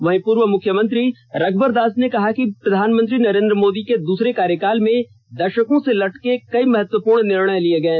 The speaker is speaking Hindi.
वहीं पूर्व मुख्यमंत्री रघ्रवर दास ने कहा कि प्रधानमंत्री नरेंद्र मोदी के दूसरे कार्यकाल में दषकों से लटके कई महत्वपूर्ण निर्णय लिये गये